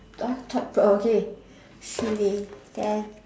uh thought pro~ okay silly can